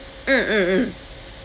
mm mm mm